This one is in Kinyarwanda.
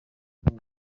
ikigo